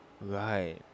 Right